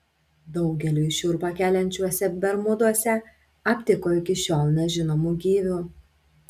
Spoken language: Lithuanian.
daugeliui šiurpą keliančiuose bermuduose aptiko iki šiol nežinomų gyvių